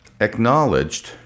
acknowledged